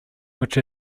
which